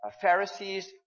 Pharisees